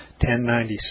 1096